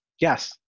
Yes